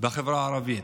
בחברה הערבית.